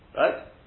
right